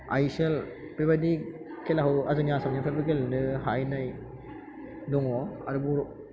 आइ S L बेबायदि खेलाखौ जोंनि आसामनिफ्रायबो गेलेनो हाहैनाय दङ आरो बर'